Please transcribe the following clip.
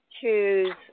choose